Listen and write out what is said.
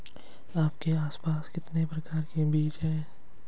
आपके पास कितने प्रकार के बीज हैं?